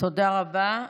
תודה רבה.